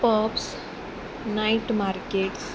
pubs night markets